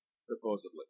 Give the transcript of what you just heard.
supposedly